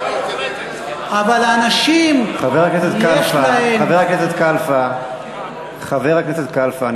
חבר הכנסת קלפה, חבר הכנסת קלפה.